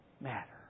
matter